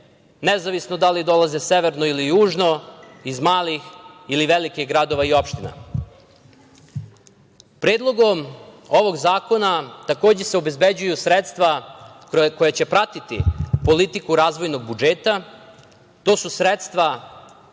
nezavisno da li dolaze severno ili južno, iz malih ili velikih gradova i opština. Predlogom ovog zakona takođe se obezbeđuju sredstva koja će pratiti politiku razvojnog budžeta. To su sredstva